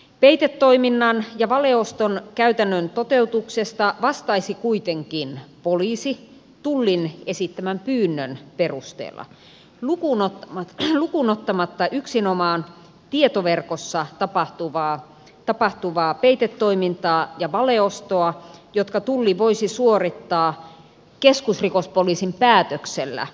peitetoiminnan ja valeoston käytännön toteutuksesta vastaisi kuitenkin poliisi tullin esittämän pyynnön perusteella lukuun ottamatta yksinomaan tietoverkossa tapahtuvaa peitetoimintaa ja valeostoa jotka tulli voisi suorittaa keskusrikospoliisin päätöksellä itsenäisesti